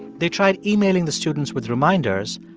they tried emailing the students with reminders,